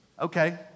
Okay